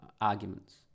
arguments